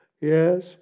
Yes